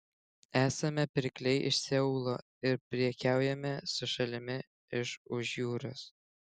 esame pirkliai iš seulo ir prekiaujame su šalimi iš už jūros